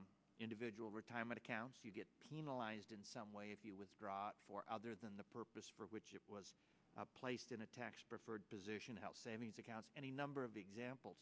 with individual retirement accounts you get penalized in some way if you withdraw for other than the purpose for which it was placed in a tax preferred position health savings accounts any number of examples